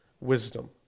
wisdom